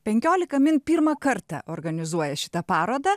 penkiolika min pirmą kartą organizuoja šitą parodą